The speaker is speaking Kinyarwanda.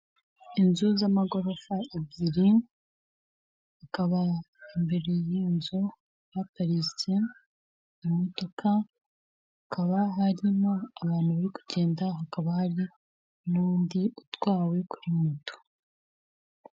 Inzu z'amagorofa ebyiri akaba imbere y'iyo nzu haparitse imodoka, hakaba harimo abantu bari kugenda hakaba hari n'undi utwawe kuri moto.